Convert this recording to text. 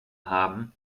haben